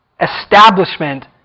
establishment